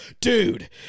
Dude